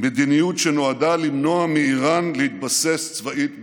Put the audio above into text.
מדיניות שנועדה למנוע מאיראן להתבסס צבאית בסוריה.